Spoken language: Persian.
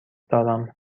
دارم